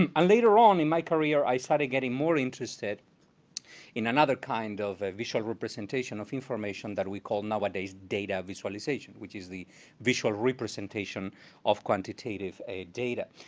um later on in my career, i started getting more interested in another kind of visual representation of information that we called nowadays data visualization, which is the visual representation of quantitative data.